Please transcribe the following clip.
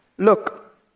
Look